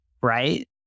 Right